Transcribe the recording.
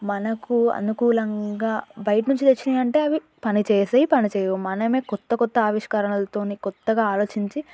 మనకు అనుకూలంగా బయట నుంచి తెచ్చినవి అంటే అవి పని చేసేయి పని చేయవు మనమే కొత్త కొత్త ఆవిష్కరణలతోని కొత్తగా ఆలోచించి